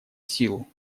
силу